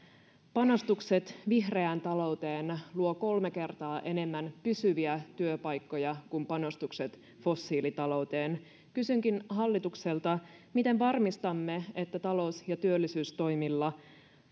panostukset vihreään talouteen luovat kolme kertaa enemmän pysyviä työpaikkoja kuin panostukset fossiilitalouteen kysynkin hallitukselta miten varmistamme että talous ja työllisyystoimilla